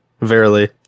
Verily